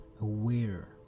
aware